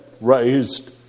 raised